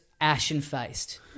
ashen-faced